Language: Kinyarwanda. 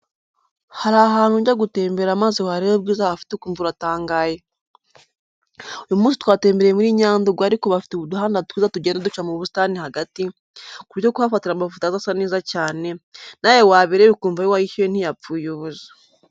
Hari ahantu ujya gutemberera maze wareba ubwiza hafite ukumva uratangaye. Uyu munsi twatembereye muri Nyandungu ariko bafite uduhanda twiza tugenda duca mu busitani hagati, ku buryo kuhafatira amafoto aza asa neza cyane, nawe wabireba ukumva ayo wishyuye ntiyapfuye ubusa.